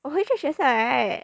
我会去学校 right